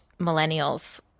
millennials